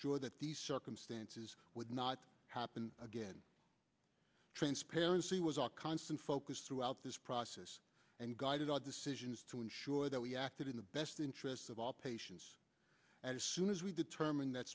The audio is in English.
sure that these circumstances would not happen again transparency was a constant focus throughout this process and guided our decisions to ensure that we acted in the best interests of all patients as soon as we determine that